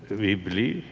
we believe,